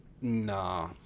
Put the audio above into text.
nah